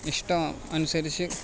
ഇഷ്ടം അനുസരിച്ച്